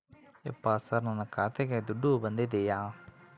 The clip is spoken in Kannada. ಯಪ್ಪ ಸರ್ ನನ್ನ ಖಾತೆಗೆ ದುಡ್ಡು ಬಂದಿದೆಯ?